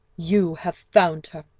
you have found her,